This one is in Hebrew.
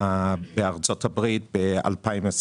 בארצות הברית ב-2021,